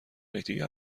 یکدیگر